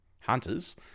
hunters